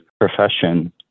profession